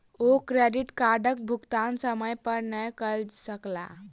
ओ credit कार्डक भुगतान समय पर नै कय सकला